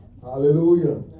Hallelujah